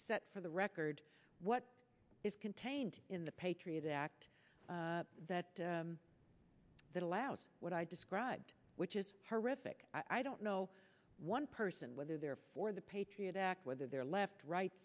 set for the record what is contained in the patriot act that that allows what i described which is horrific i don't know one person whether they're for the patriot act whether they're left right